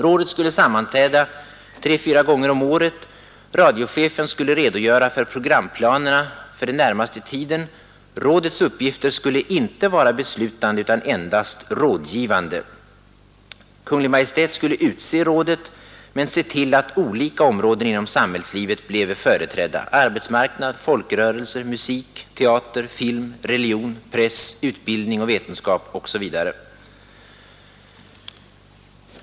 Rådet skulle sammanträda tre fyra gånger om året. Radiochefen skulle redogöra för programplanerna för den närmaste tiden. Rådet skulle inte vara beslutande utan endast rådgivande. Kungl. Maj:t skulle utse rådet men se till att olika områden inom samhällslivet blev representerade: arbetsmarknaden, folkrörelser, musik, teater och film, religion, press, utbildning och vetenskap osv.